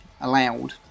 allowed